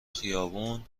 خیابون